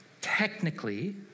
Technically